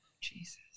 Jesus